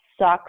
sucks